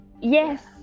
yes